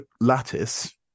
lattice